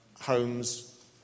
homes